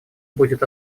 будет